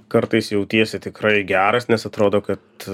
kartais jautiesi tikrai geras nes atrodo kad